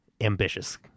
ambitious